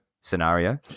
scenario